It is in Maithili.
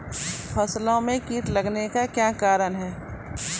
फसलो मे कीट लगने का क्या कारण है?